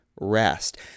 rest